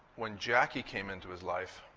when jackie came into his life,